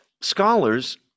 scholars